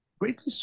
greatly